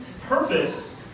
purpose